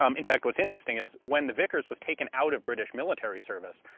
um in fact what's interesting is when the vickers was taken out of british military service,